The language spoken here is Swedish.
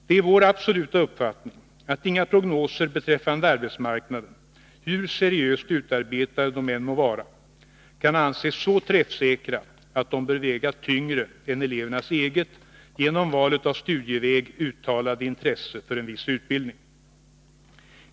Det är vår absoluta uppfattning, att inga prognoser beträffande arbetsmarknaden, hur seriöst utarbetade de än må vara, kan anses vara så träffsäkra att de bör väga tyngre än elevernas eget, genom valet av studieväg uttalade, intresse för en viss utbildning.